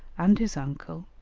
and his uncle,